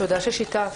תודה ששיתפת.